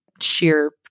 sheer